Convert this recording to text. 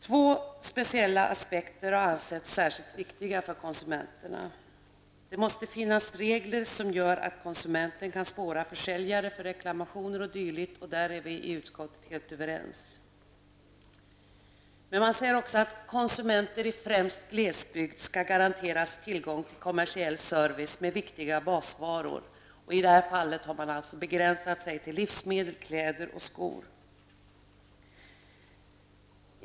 Två speciella aspekter har ansetts särskilt viktiga för konsumenterna. Det måste finnas regler som gör att konsumenterna kan spåra försäljare för reklamationer och dylikt. På den punkten är vi i utskottet helt överens. Det framhålls också att konsumenter, främst i glesbygd, skall garanteras tillgång till kommersiell service med viktiga basvaror. Man har i det här fallet begränsat sig till livsmedel, kläder och skor.